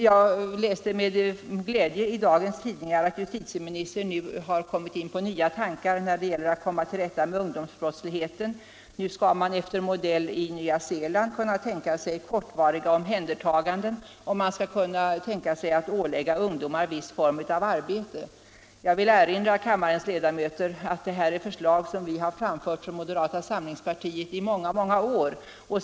Jag läste med glädje i dagens tidningar att justitieministern nu har kommit in på nya tankar när det gäller att komma till rätta med ungdomsbrottsligheten. Nu skall man efter modell i Nya Zeeland kunna tänka sig kortvariga omhändertaganden och man skall kunna tänka sig att ålägga ungdomar viss form av arbete. Jag vill erinra kammarens ledamöter om att detta är förslag som vi har framfört från moderata samlingspartiet i många år.